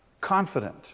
Confident